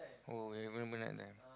oh you available night time